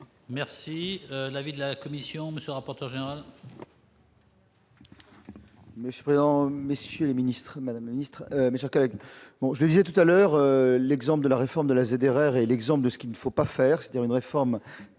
Merci l'avis de la Commission, monsieur rapporteur général.